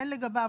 אין לגביו,